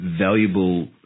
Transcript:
valuable